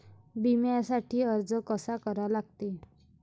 बिम्यासाठी अर्ज कसा करा लागते?